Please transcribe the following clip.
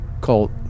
called